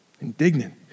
Indignant